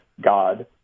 God